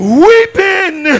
weeping